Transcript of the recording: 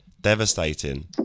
Devastating